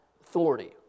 authority